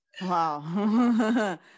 wow